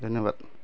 ধন্যবাদ